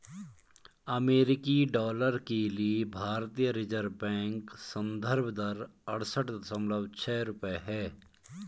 अमेरिकी डॉलर के लिए भारतीय रिज़र्व बैंक संदर्भ दर अड़सठ दशमलव छह रुपये है